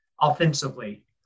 offensively